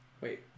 Wait